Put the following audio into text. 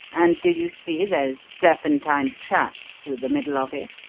and do you see those serpentine tracks through the middle of it?